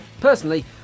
Personally